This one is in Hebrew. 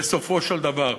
בסופו של דבר.